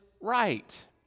right